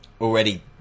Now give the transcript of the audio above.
already